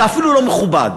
זה אפילו לא מכובד.